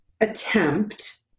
attempt